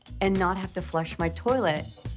and not have to flush my toilet.